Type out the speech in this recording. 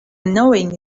annoying